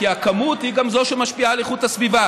כי הכמות היא גם זו שמשפיעה על איכות הסביבה.